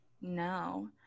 No